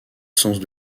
sens